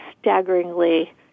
staggeringly